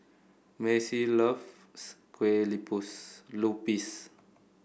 Mazie loves Kue Lupis